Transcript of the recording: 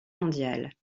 mondiale